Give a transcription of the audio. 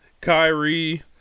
Kyrie